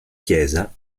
chiesa